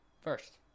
First